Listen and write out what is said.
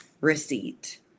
receipt